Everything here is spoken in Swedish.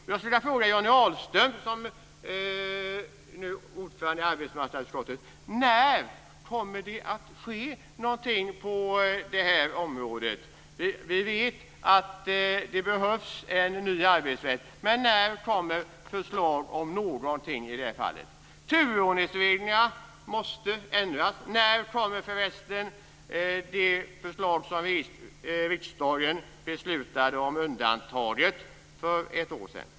Jag skulle vilja fråga Johnny Ahlqvist, som är ordförande i arbetsmarknadsutskottet: När kommer det att ske någonting på det här området? Vi vet att det behövs en ny arbetsrätt, men när kommer förslag om någonting i det fallet? Turordningsreglerna måste ändras. När kommer förresten det av riksdagen för ett år sedan beslutade undantaget?